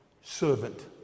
servant